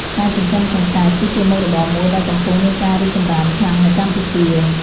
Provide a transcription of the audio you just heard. ការចិញ្ចឹមកង្កែប គឺជាមុខរបរមួយដែលកំពុងមានការរីកចម្រើនខ្លាំងនៅកម្ពុជា។